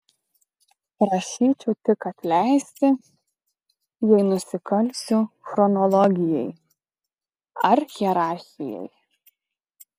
prašyčiau tik atleisti jei nusikalsiu chronologijai ar hierarchijai